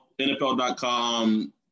nfl.com